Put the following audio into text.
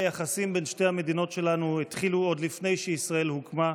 היחסים בין שתי המדינות שלנו התחילו עוד לפני שישראל הוקמה,